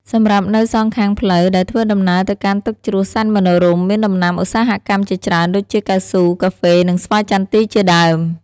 សម្រាប់នៅសងខាងផ្លូវដែលធ្វើដំណើរទៅកាន់ទឹកជ្រោះសែនមនោរម្យមានដំណាំឧស្សាហកម្មជាច្រើនដូចជា កៅស៊ូ កាហ្វេ និងស្វាយចន្ទីជាដើម។